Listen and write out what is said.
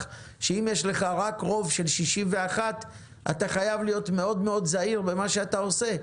שאם יש לך רוב של 61 אתה חייב להיות מאוד מאוד זהיר במה שאתה עושה,